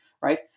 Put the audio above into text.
right